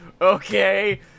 okay